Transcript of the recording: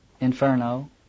Inferno